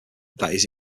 that